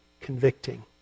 convicting